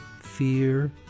fear